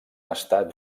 estat